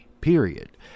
period